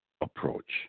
approach